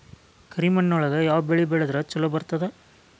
ಕರಿಮಣ್ಣೊಳಗ ಯಾವ ಬೆಳಿ ಬೆಳದ್ರ ಛಲೋ ಬರ್ತದ?